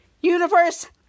Universe